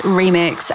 remix